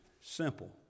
simple